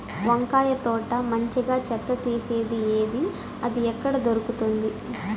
వంకాయ తోట మంచిగా చెత్త తీసేది ఏది? అది ఎక్కడ దొరుకుతుంది?